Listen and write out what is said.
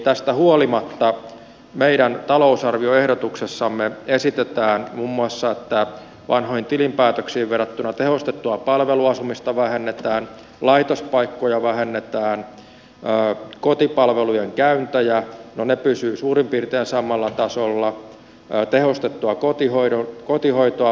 tästä huolimatta meidän talousarvioehdotuksessamme esitetään muun muassa että vanhoihin tilinpäätöksiin verrattuna tehostettua palveluasumista vähennetään laitospaikkoja vähennetään kotipalvelujen käyntejä no ne pysyvät suurin piirtein samalla tasolla tehostettua kotihoitoa vähennetään